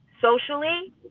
socially